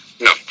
No